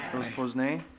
those opposed, nay.